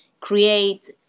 create